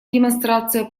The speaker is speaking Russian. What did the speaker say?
демонстрация